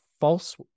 false